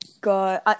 God